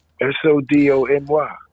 S-O-D-O-M-Y